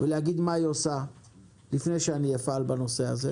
ולהגיד מה היא עושה לפני שאפעל בנושא הזה.